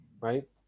right